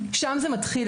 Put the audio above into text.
שם זה מתחיל.